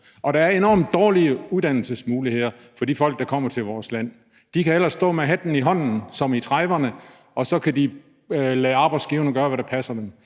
Og der er enormt dårlige uddannelsesmuligheder for de folk, der kommer til vores land. De kan ellers stå med hatten i hånden ligesom i 1930'erne, og så kan de lade arbejdsgiverne gøre, hvad der passer dem.